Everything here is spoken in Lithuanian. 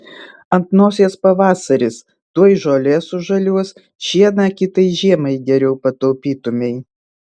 ant nosies pavasaris tuoj žolė sužaliuos šieną kitai žiemai geriau pataupytumei